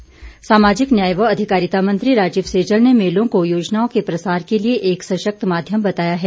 सैजल सामाजिक न्याय व अधिकारिता मंत्री राजीव सैजल ने मेलों को योजनाओं के प्रसार के लिए एक सशक्त माध्यम बताया है